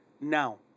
Now